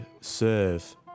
serve